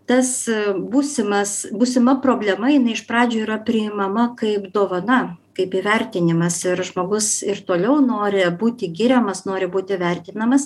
tas būsimas būsima problema jinai iš pradžių yra priimama kaip dovana kaip įvertinimas ir žmogus ir toliau nori būti giriamas nori būti vertinamas